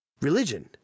religion